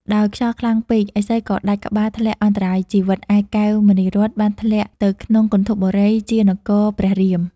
ដោយត្រូវខ្យល់ខ្លាំងពេក ឥសីក៏ដាច់ក្បាលធ្លាក់អន្តរាយជីវិត ឯកែវមណីរត្ន បានធ្លាក់ទៅក្នុងគន្ធពបុរី ជានគរព្រះរៀម។